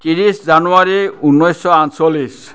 ত্ৰিছ জানুৱাৰী ঊনৈছশ আঠচল্লিছ